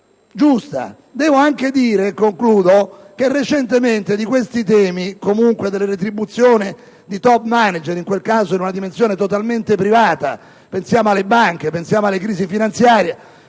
giusta. Devo anche dire - e concludo - che recentemente di questi temi, e comunque delle retribuzioni di top manager - in quel caso, in una dimensione totalmente privata: pensiamo alle banche e alle crisi finanziarie